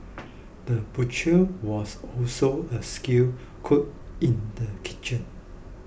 the butcher was also a skilled cook in the kitchen